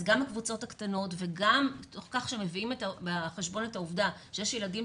אז גם הקבוצות הקטנות וגם בתוך כך שמביאים בחשבון את העובדה שיש ילדים